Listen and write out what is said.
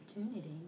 opportunity